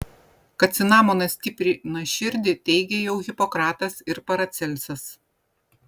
kad cinamonas stiprina širdį teigė jau hipokratas ir paracelsas